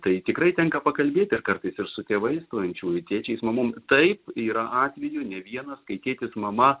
tai tikrai tenka pakalbėti kartais ir su tėvais stojančiųjų tai tėčiais mamom taip yra atvejų ne vienas kai tėtis mama